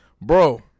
bro